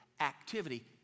activity